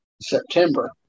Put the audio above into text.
September